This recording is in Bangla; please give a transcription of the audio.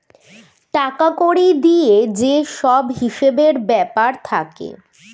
টাকা কড়ি দিয়ে যে সব হিসেবের ব্যাপার থাকে